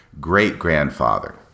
great-grandfather